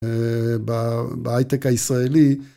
בהייטק הישראלי.